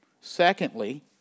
Secondly